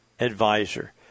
Advisor